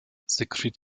siegfried